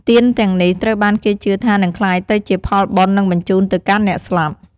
ទានទាំងនេះត្រូវបានគេជឿថានឹងក្លាយទៅជាផលបុណ្យ និងបញ្ជូនទៅកាន់អ្នកស្លាប់។